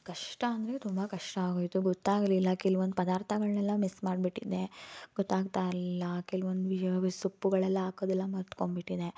ಕಷ್ಟ ಅಂದರೆ ತುಂಬ ಕಷ್ಟ ಆಗೋಯಿತು ಗೊತ್ತಾಗಲಿಲ್ಲ ಕೆಲ್ವೊಂದು ಪದಾರ್ಥಗಳ್ನೆಲ್ಲ ಮಿಸ್ ಮಾಡಿಬಿಟ್ಟಿದ್ದೆ ಗೊತ್ತಾಗ್ತಾ ಇರಲಿಲ್ಲ ಕೆಲ್ವೊಂದು ಸೊಪ್ಪುಗಳೆಲ್ಲ ಹಾಕೋದೆಲ್ಲ ಮರ್ತ್ಕೊಂಡ್ಬಿಟ್ಟಿದ್ದೆ